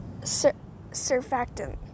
Surfactant